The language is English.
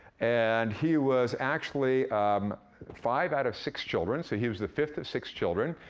and he was actually five out of six children, so he was the fifth of six children,